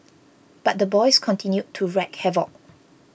but the boys continued to wreak havoc